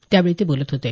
त्यावेळी ते बोलत होते